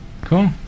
Cool